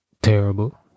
terrible